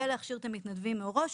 ולהכשיר את המתנדבים מראש,